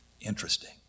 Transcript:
Interesting